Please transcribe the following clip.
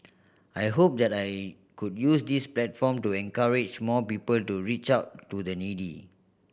I hope that I could use this platform to encourage more people to reach out to the needy